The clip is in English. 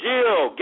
Jill